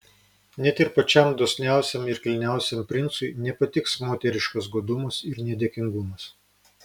net ir pačiam dosniausiam ir kilniausiam princui nepatiks moteriškas godumas ir nedėkingumas